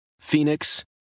phoenix